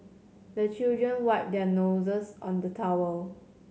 the children wipe their noses on the towel